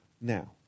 Now